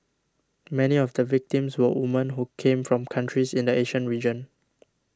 many of the victims were woman who came from countries in the Asian region